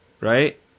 Right